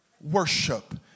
worship